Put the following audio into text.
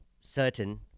certain